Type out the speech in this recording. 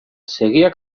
seguia